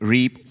Reap